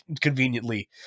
conveniently